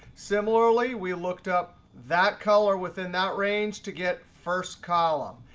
similarly, we looked up that color within that range to get first column.